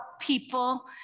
people